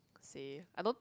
say I don't